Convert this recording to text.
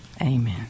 Amen